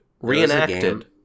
Reenacted